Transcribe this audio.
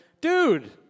dude